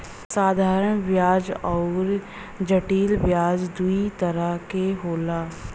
साधारन बियाज अउर जटिल बियाज दूई तरह क होला